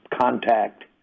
contact